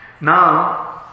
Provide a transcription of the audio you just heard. Now